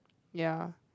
ya